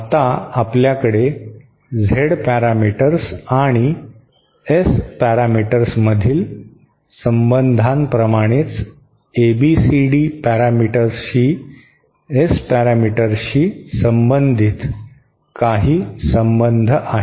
आता आपल्याकडे Z parameters आणि एस पॅरामीटर्समधील संबंधांप्रमाणेच एबीसीडी पॅरामीटर्सशी एस पॅरामीटर्सशी संबंधित काही संबंध आहेत